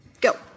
Go